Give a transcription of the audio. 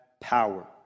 power